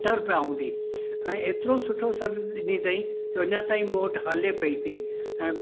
अठ रुपिया हूंदी हाणे एतिरो सुठो सर्विस ॾिनी तईं त अञा ताईं मूं वटि हले पई थी ऐं